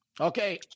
Okay